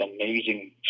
amazing